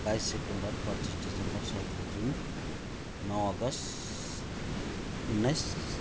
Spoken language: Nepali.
बाइस सेप्टेम्बर पच्चिस डिसेम्बर सत्र जुन नौ अगस्त उन्नाइस